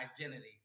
identity